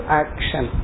action